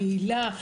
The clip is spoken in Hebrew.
יעילה,